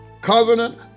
Covenant